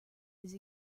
des